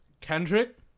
Kendrick